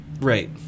Right